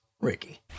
Ricky